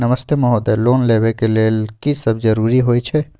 नमस्ते महोदय, लोन लेबै के लेल की सब जरुरी होय छै?